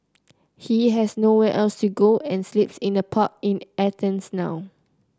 he has nowhere else to go and sleeps in a park in Athens now